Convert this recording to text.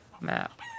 map